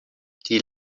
die